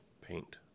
paint